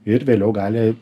ir vėliau gali